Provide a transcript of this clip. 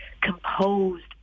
composed